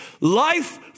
life